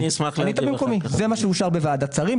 ענית במקומי, זה מה שאושר בוועדת השרים.